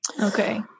Okay